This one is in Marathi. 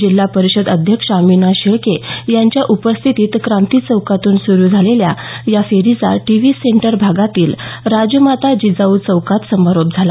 जिल्हा परिषद अध्यक्षा मीना शेळके यांच्या उपस्थितीत क्रांती चौकातून सुरू झालेल्या या फेरीचा टीव्ही सेंटर भागातील राजमाता जिजाऊ चौकात समारोप झाला